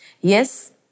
Yes